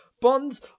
Bonds